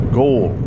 goal